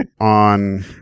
on